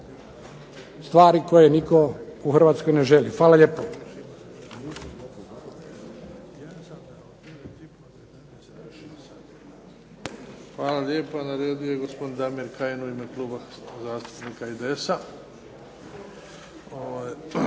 stvari koje nitko u Hrvatskoj ne želi. Hvala lijepa. **Bebić, Luka (HDZ)** Hvala lijepa. Na redu je gospodin Damir Kajin u ime Kluba zastupnika IDS-a.